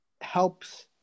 helps